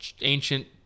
ancient